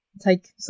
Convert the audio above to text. take